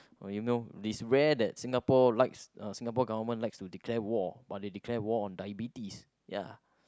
oh you know is rare that Singapore likes uh Singapore government likes to declare war but they declare war on diabetes ya